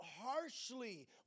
harshly